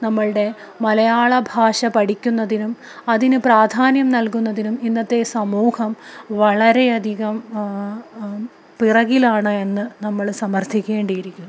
നമ്മുടെ മലയാളഭാഷ പഠിക്കുന്നതിനും അതിന് പ്രാധാന്യം നൽകുന്നതിനും ഇന്നത്തെ സമൂഹം വളരെയധികം പിറകിലാണെന്ന് നമ്മള് സമർത്ഥിക്കേണ്ടിയിരിക്കുന്നു